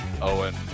Owen